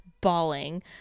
bawling